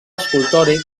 escultòric